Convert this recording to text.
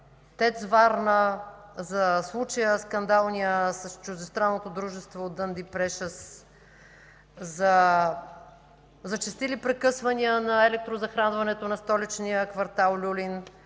ТЕЦ Варна, за скандалния случай с чуждестранното дружество „Дънди Прешъс”, за зачестили прекъсвания на електрозахранването на столичния квартал „Люлин”,